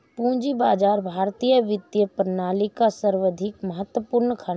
पूंजी बाजार भारतीय वित्तीय प्रणाली का सर्वाधिक महत्वपूर्ण खण्ड है